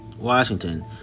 Washington